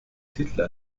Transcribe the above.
titel